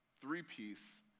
three-piece